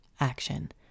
action